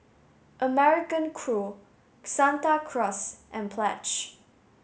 American Crew Santa Cruz and Pledge